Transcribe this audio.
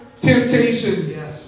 temptation